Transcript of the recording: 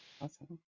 Awesome